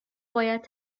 باید